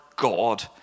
God